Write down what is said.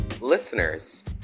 Listeners